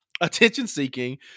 attention-seeking